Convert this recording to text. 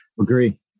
Agree